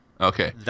okay